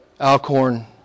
Alcorn